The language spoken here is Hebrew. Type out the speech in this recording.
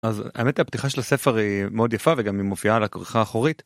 אז האמת הפתיחה של הספר היא מאוד יפה וגם היא מופיעה על הכריכה האחורית.